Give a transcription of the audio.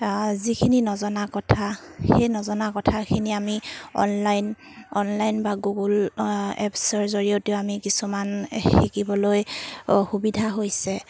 যিখিনি নজনা কথা সেই নজনা কথাখিনি আমি অনলাইন অনলাইন বা গুগুল এপছৰ জৰিয়তেও আমি কিছুমান শিকিবলৈ সুবিধা হৈছে